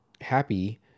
Happy